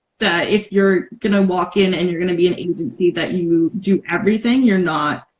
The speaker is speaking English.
that if you're gonna walk in and you're gonna be an agency that you do everything you're not,